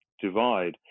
Divide